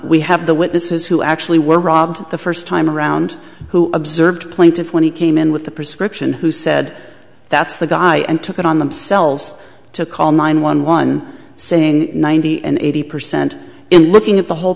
we have the witnesses who actually were robbed the first time around who observed plaintiff when he came in with the prescription who said that's the guy and took it on themselves to call nine one one saying ninety and eighty percent looking at the whole